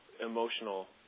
emotional